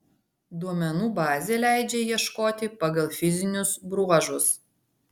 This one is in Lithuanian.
duomenų bazė leidžia ieškoti pagal fizinius bruožus